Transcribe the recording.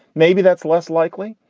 maybe that's less likely.